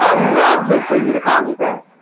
ah lovely for you to call me back.